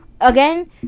again